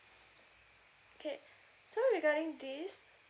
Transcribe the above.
okay so regarding this